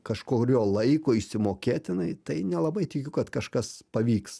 kažkurio laiko išsimokėtinai tai nelabai tikiu kad kažkas pavyks